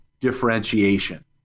differentiation